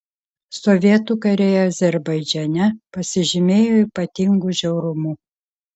sovietų kariai azerbaidžane pasižymėjo ypatingu žiaurumu